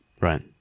right